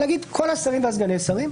אלא להגיד: כל השרים וסגני השרים.